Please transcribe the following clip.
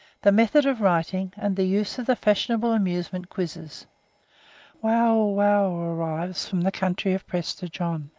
the method of writing, and the use of the fashionable amusement quizzes wauwau arrives from the country of prester john,